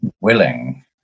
willing